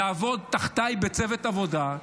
לעבוד תחתיי בצוות עבודה,